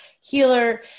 healer